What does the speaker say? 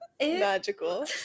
magical